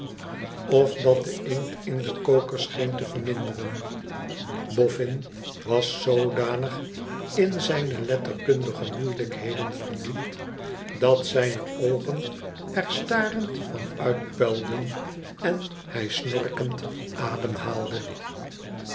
of dat de inkt m den koker scheen te verminderen boffin was zoodanig in zijne letterkundige moeielijkheden verdiept dat zijne oogen er starend van uitpuilden en hij snorkend ademhaalde